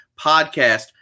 podcast